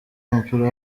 w’umupira